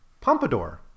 Pompadour